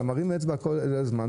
אתה מרים אצבע כל הזמן.